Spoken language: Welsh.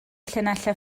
llinellau